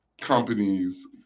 companies